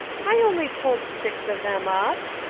i only pulled six of them up,